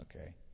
Okay